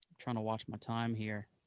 trying to watch my time here.